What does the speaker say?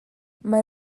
mae